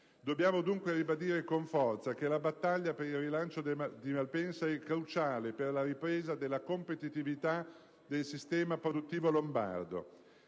Dobbiamo, dunque, ribadire con forza che la battaglia per il rilancio di Malpensa è cruciale per la ripresa della competitività del sistema produttivo lombardo.